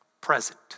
Present